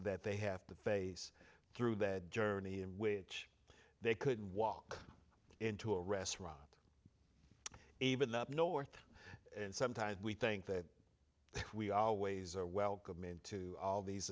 that they have to face through that journey in which they could walk into a restaurant or even up north and sometimes we think that we always are welcome into all these